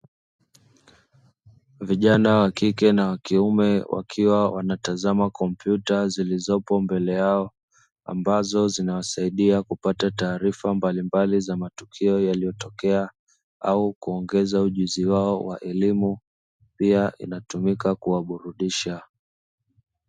Vijana wakike na wakiume wakiwa wanatazama kompyuta zilizopo mbele yao, ambazo zitawasaidia kupata taarifa mbalimbali za matukio yaliyo tokea au kuongeza ujuzi wao wa elimu, pia inatumika kuwaburudisha